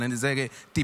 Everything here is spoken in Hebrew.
אבל אלה טיפים,